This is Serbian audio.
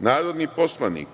narodni poslanik,